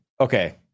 okay